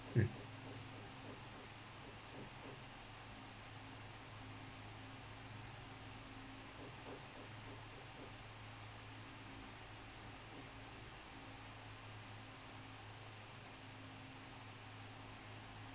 mm